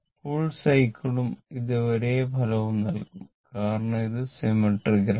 full cycle ഉം ഇത് ഒരേ ഫലം നൽകും കാരണം ഇത് സിമെട്രിക്കൽ ആണ്